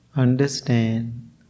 Understand